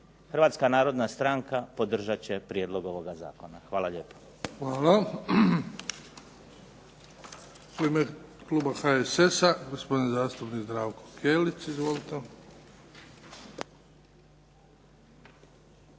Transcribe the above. Hrvatska narodna stranka podržat će prijedlog ovoga zakona. Hvala lijepa. **Bebić, Luka